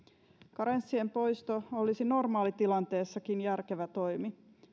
karenssien poisto olisi normaalitilanteessakin järkevä toimi